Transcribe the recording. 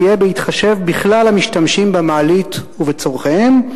תהיה בהתחשב בכלל המשתמשים במעלית ובצורכיהם".